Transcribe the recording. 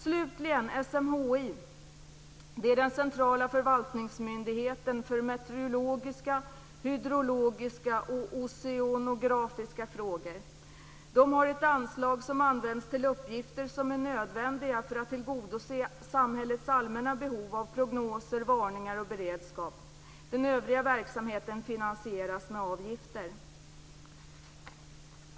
Slutligen är det SMHI, som är den centrala förvaltningsmyndigheten för meteorologiska, hydrologiska och oceanografiska frågor. De har ett anslag som används till uppgifter som är nödvändiga för att tillgodose samhällets allmänna behov av prognoser, varningar och beredskap. Den övriga verksamheten finansieras med avgifter.